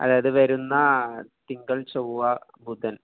അതായത് വരുന്ന തിങ്കൾ ചൊവ്വ ബുധൻ